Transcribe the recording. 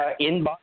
inbox